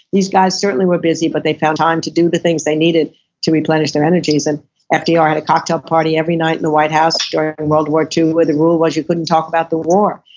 these guys certainly were busy, but they found time to do the things they needed to replenish their energies and fdr had a cocktail party every night in the white house during and world war ii, where the rule was you couldn't talk about the war.